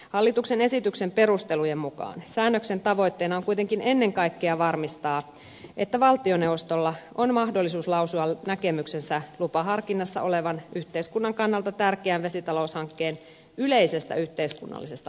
hallituksen esityksen perustelujen mukaan säännöksen tavoitteena on kuitenkin ennen kaikkea varmistaa että valtioneuvostolla on mahdollisuus lausua näkemyksensä lupaharkinnassa olevan yhteiskunnan kannalta tärkeän vesitaloushankkeen yleisestä yhteiskunnallisesta merkityksestä